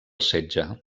setge